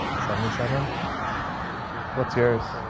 seventy seven eighty two what's yours?